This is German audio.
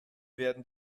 werden